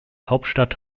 hauptstadt